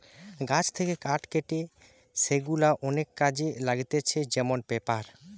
গাছ থেকে কাঠ কেটে সেগুলা অনেক কাজে লাগতিছে যেমন পেপার